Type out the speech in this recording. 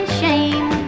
shame